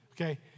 okay